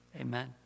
Amen